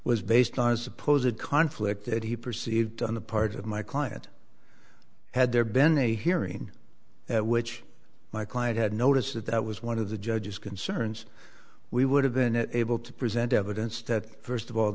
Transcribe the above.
was based on suppose a conflict that he perceived on the part of my client had there been a hearing at which my client had noticed that that was one of the judge's concerns we would have been able to present evidence that first of all